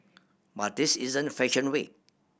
but this isn't fashion week